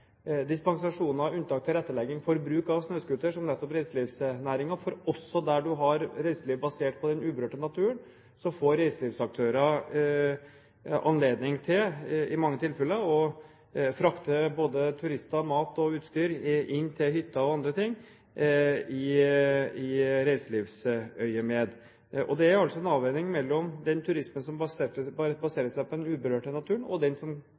dispensasjoner, unntak og tilrettelegging når det gjelder bruk av snøscooter som nettopp reiselivsnæringen. For også der man har reiseliv basert på den uberørte naturen, får reiselivsaktører i mange tilfeller anledning til å frakte både turister, mat og utstyr inn til hytter og andre steder i reiselivsøyemed. Det er altså en avveining mellom den turismen som baserer seg på den uberørte naturen og den som baserer seg på motorferdsel, som